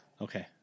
Okay